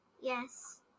yes